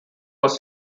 was